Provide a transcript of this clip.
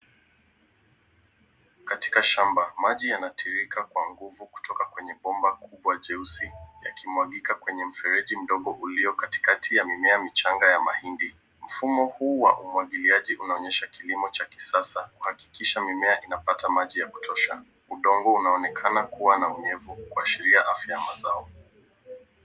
Katika shamba, maji yanatiririka kwa nguvu kutoka kwenye bomba kubwa jeusi yakimwagika kwenye mfereji mdogo ulio katikati ya mimea michanga ya mahindi. Mfumo huu wa umwagiliaji unaonyesha kilimo cha kisasa kuhakikisha mimea inapata maji ya kutosha. Udongo unaonekana kuwa na unyevu kuashiria afya ya mazao .